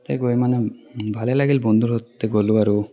তাতে গৈ মানে ভালে লাগিল বন্ধুৰ লগত গ'লোঁ আৰু